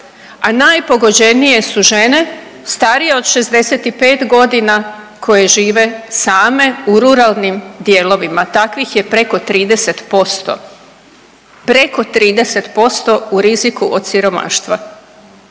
a najpogođenije su žene starije od 65 godina koje žive same u ruralnim dijelovima. Takvih je preko 30%, preko 30% u riziku od siromaštva.